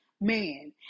man